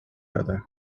other